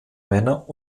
männer